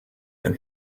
than